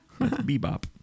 Bebop